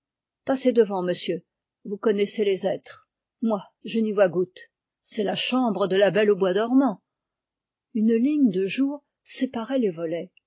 passez devant monsieur vous connaissez les aîtres moi je n'y vois goutte c'est la chambre de la belle au bois dormant une ligne de jour séparait les volets